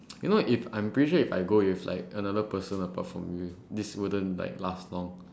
you know if I'm pretty sure if I go with like another person apart from you this wouldn't like last long